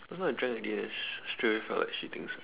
just now I drank already then straight away felt like shitting sia